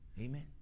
Amen